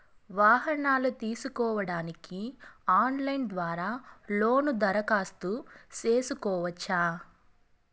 వాహనాలు తీసుకోడానికి ఆన్లైన్ ద్వారా లోను దరఖాస్తు సేసుకోవచ్చా?